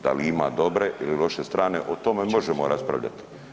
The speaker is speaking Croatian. Da li ima dobre ili loše strane, o tome možemo raspravljati.